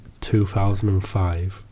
2005